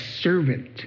servant